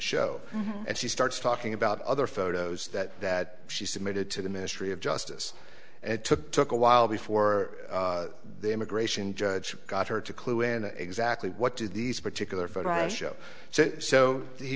show and she starts talking about other photos that that she submitted to the ministry of justice it took took a while before the immigration judge got her to clue into exactly what do these particular photo i show so so he